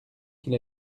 qu’il